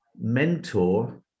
mentor